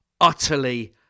Utterly